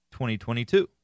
2022